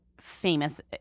famous